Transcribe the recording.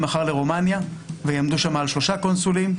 מחר לרומניה ויעמדו שם על שלושה קונסולים.